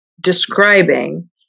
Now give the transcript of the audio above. describing